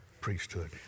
priesthood